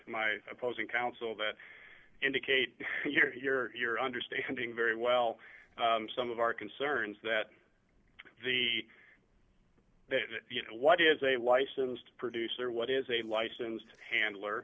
my opposing counsel that indicate you're here you're understanding very well some of our concerns that the you know what is a license to produce their what is a licensed handler